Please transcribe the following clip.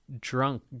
drunk